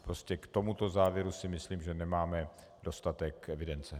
Prostě k tomuto závěru myslím nemáme dostatek evidence.